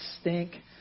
stink